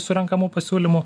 surenkamų pasiūlymų